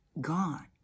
Gone